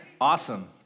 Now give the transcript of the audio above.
Awesome